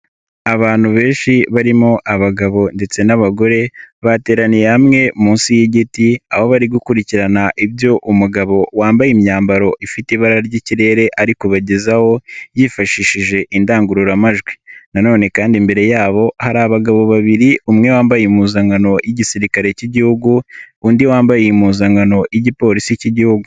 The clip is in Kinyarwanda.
Abantu benshi barimo abagabo ndetse n'abagore, bateraniye hamwe munsi y'igiti, aho bari gukurikirana ibyo umugabo wambaye imyambaro ifite ibara ry'ikirere ari kubagezaho, yifashishije indangururamajwi. Na none kandi imbere yabo, hari abagabo babiri, umwe wambaye impuzankano y'igisirikare cy'Igihugu, undi wambaye impuzankano y'igipolisi cy'Igihugu.